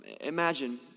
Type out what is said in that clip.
Imagine